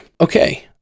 okay